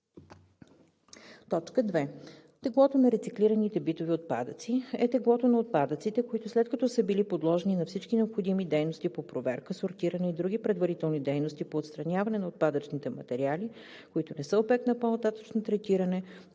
2. теглото на рециклираните битови отпадъци е теглото на отпадъците, които, след като са били подложени на всички необходими дейности по проверка, сортиране и други предварителни дейности по отстраняване на отпадъчни материали, които не са обект на по-нататъшно третиране,